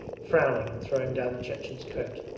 frowning and throwing down the chechen's coat.